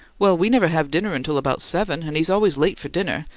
well, we never have dinner until about seven, and he's always late for dinner,